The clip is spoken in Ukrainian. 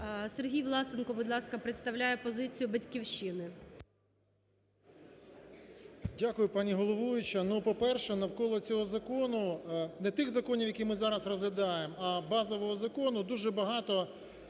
Сергій Власенко, будь ласка, представляє позицію "Батьківщини". 16:46:08 ВЛАСЕНКО С.В. Дякую, пані головуюча. Ну, по-перше, навколо цього закону, не тих законів, які ми зараз розглядаємо, а базового закону дуже багато